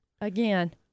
Again